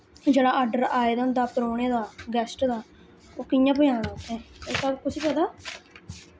जेह्ड़ा आर्डर आए दा होंदा परौह्ने दा गैस्ट दा ओह् कि'यां पजाना उत्थै एह् सब कु'सी पता